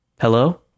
Hello